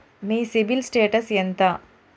మీ CIBIL status ఎంత?